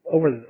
Over